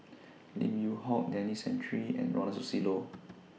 Lim Yew Hock Denis Santry and Ronald Susilo